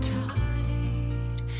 tide